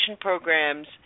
programs